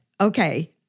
okay